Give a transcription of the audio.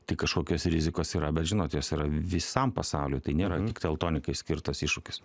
tai kažkokios rizikos yra bet žinot jos visam pasauliui tai nėra tik teltonikai skirtas iššūkis